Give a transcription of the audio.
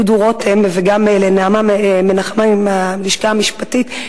וגם לנעמה מנחמי מהלשכה המשפטית,